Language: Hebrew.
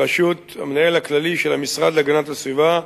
בראשות המנהל הכללי של המשרד להגנת הסביבה,